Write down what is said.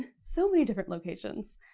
so many different locations.